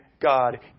God